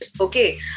Okay